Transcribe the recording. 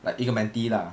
like 一个 mentee lah